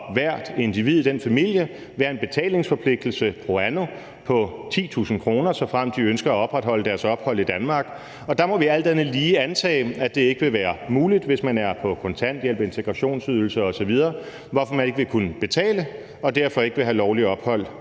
hvert individ i den familie være en betalingsforpligtelse pro anno på 10.000 kr., såfremt de ønsker at opretholde deres ophold i Danmark. Og der må vi alt andet lige antage, at det ikke vil være muligt, hvis man er på kontanthjælp, integrationsydelse osv., hvorfor man ikke vil kunne betale og derfor ikke vil have lovligt ophold